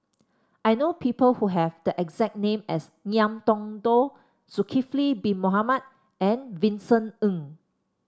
I know people who have the exact name as Ngiam Tong Dow Zulkifli Bin Mohamed and Vincent Ng